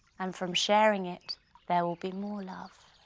and from sharing it there will be more love.